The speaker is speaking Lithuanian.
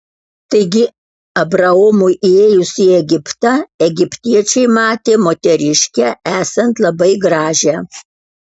taigi abraomui įėjus į egiptą egiptiečiai matė moteriškę esant labai gražią